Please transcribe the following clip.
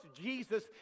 Jesus